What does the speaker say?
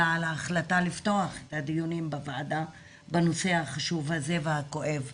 אלא על ההחלטה לפתוח את הדיונים בוועדה בנושא החשוב והכואב הזה.